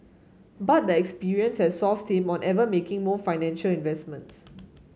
but the experience has soured him on ever making more financial investments